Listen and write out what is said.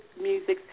music